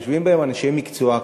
ויושבים בהן אנשי מקצוע,